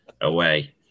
away